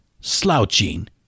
Slouching